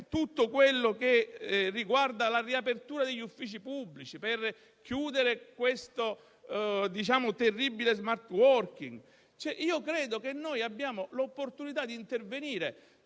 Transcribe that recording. tutto quello che riguarda la riapertura degli uffici pubblici, per chiudere questo terribile *smart working*. Io credo che noi abbiamo l'opportunità di intervenire.